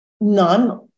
none